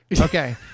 Okay